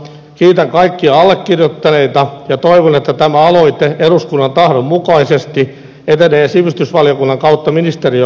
kiitän kaikkia allekirjoittaneita ja toivon että tämä aloite eduskunnan tahdon mukaisesti etenee sivistysvaliokunnan kautta ministeriöön valmisteltavaksi